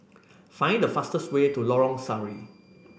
find the fastest way to Lorong Sari